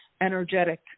energetic